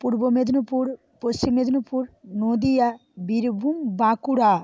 পূর্ব মেদিনীপুর পশ্চিম মেদিনীপুর নদিয়া বীরভূম বাঁকুড়া